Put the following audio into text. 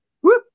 Whoop